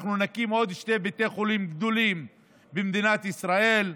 אנחנו נקים עוד שני בתי חולים גדולים במדינת ישראל.